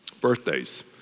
Birthdays